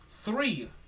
three